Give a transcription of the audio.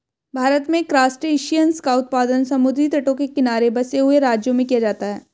भारत में क्रासटेशियंस का उत्पादन समुद्री तटों के किनारे बसे हुए राज्यों में किया जाता है